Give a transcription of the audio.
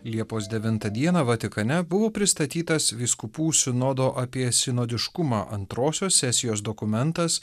liepos devintą dieną vatikane buvo pristatytas vyskupų sinodo apie sinodiškumą antrosios sesijos dokumentas